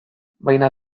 baina